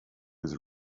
his